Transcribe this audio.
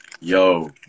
yo